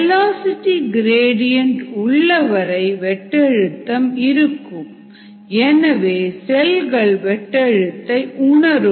velocity gradient உள்ளவரை வெட்டழுத்தம் இருக்கும் எனவே செல்கள் வெட்டழுத்தத்தை உணரும்